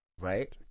right